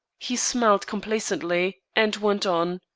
he smiled complacently, and went on